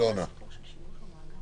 בעקבות דוחות הממונה